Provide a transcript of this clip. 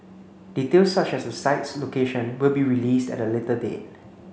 details such as the site's location will be released at a later date